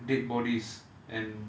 dead bodies and